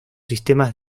sistemas